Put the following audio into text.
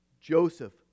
Joseph